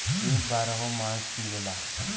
सेब बारहो मास मिलला